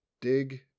Dig